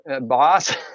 boss